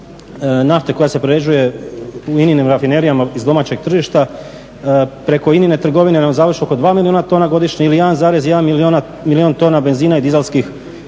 nafte koja se prerađuje u INA-inim rafinerijama iz domaćeg tržišta preko INA-ine trgovine vam završi oko 2 milijuna tona godišnje ili 1,1 milijun tona benzina i dizelskih